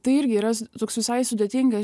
tai irgi yra toks visai sudėtingas